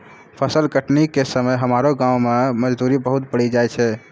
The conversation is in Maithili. फसल कटनी के समय हमरो गांव मॅ मजदूरी बहुत बढ़ी जाय छै